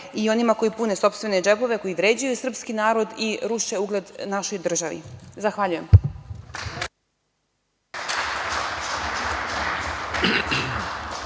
i onima koji pune sopstvene džepove, koji vređaju srpski narod i ruše ugled našoj državi. Zahvaljujem.